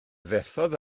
fethodd